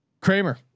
Kramer